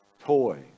toy